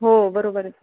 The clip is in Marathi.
हो बरोबर आहे